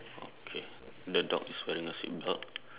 okay the dog is wearing a seatbelt